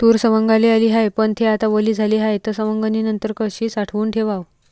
तूर सवंगाले आली हाये, पन थे आता वली झाली हाये, त सवंगनीनंतर कशी साठवून ठेवाव?